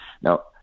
Now